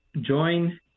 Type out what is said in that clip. join